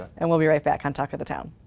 and we'll be right back on talk of the town.